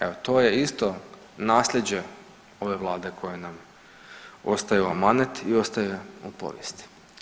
Evo to je isto nasljeđe ove vlade koje nam ostaju u amanet i ostaje u povijesti.